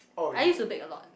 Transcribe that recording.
I used to bake a lot